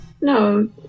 no